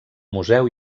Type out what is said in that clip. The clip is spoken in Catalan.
museu